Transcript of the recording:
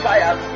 Fire